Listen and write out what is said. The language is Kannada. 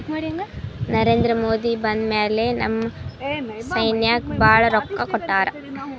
ನರೇಂದ್ರ ಮೋದಿ ಬಂದ್ ಮ್ಯಾಲ ನಮ್ ಸೈನ್ಯಾಕ್ ಭಾಳ ರೊಕ್ಕಾ ಕೊಟ್ಟಾರ